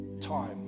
Time